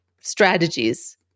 strategies